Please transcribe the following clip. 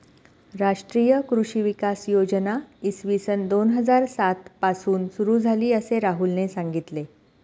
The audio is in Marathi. राष्ट्रीय कृषी विकास योजना इसवी सन दोन हजार सात पासून सुरू झाली, असे राहुलने सांगितले